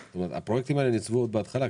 הפרויקטים האלה ניצבו עוד בהתחלה,